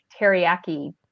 teriyaki